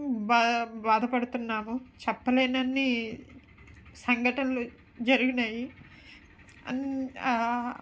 బా బాధపడుతున్నాము చెప్పలేనన్ని సంఘటనలు జరిగినాయి అన్ని